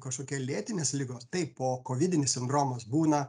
kažkokia lėtinės ligos taip pokovidinis sindromas būna